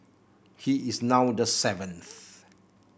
he is now the seventh